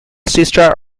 sister